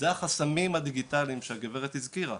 אלו החסמים הדיגיטליים שהגברת הזכירה,